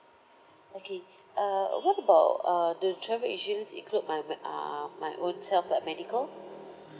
okay uh what about uh the travel include my me~ uh my ownself uh medical